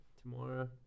tomorrow